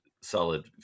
solid